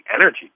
energy